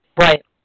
Right